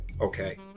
Okay